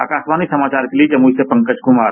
आकाशवाणी समाचार के लिये जमुई से पंकज कुमार